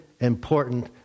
important